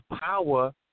power